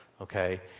okay